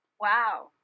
Wow